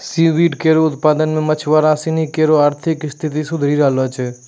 C weed केरो उत्पादन सें मछुआरा सिनी केरो आर्थिक स्थिति सुधरी रहलो छै